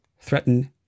threaten